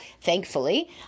thankfully